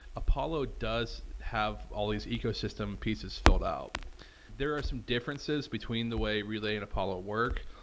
apollo does have all these ecosystem pieces filled out there are some differences between the way relay and apollo work,